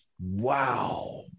wow